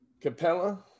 Capella